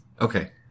Okay